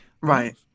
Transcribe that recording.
right